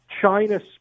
China